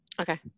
okay